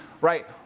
right